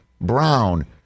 Brown